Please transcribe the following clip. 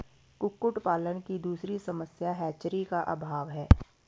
कुक्कुट पालन की दूसरी समस्या हैचरी का अभाव है